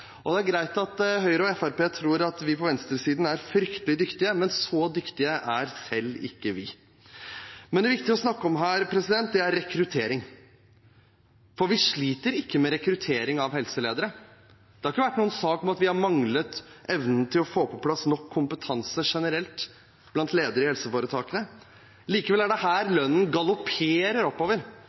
synske. Det er greit at Høyre og Fremskrittspartiet tror at vi på venstresiden er fryktelig dyktige, men så dyktige er selv ikke vi. Det viktige å snakke om her er rekruttering. Vi sliter ikke med rekruttering av helseledere. Det har ikke vært noen sak om at vi har manglet evnen til å få på plass nok kompetanse generelt blant ledere i helseforetakene. Likevel er det her lønnen galopperer oppover